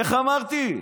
איך אמרתי?